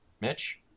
Mitch